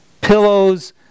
pillows